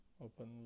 Open